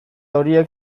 horiek